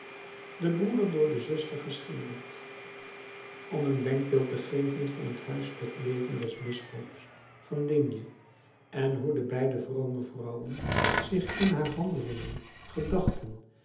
de broeder door de zuster geschilderd om een denkbeeld te geven van het huiselijk leven des bisschops van digne en hoe de beide vrome vrouwen zich in haar handelingen gedachten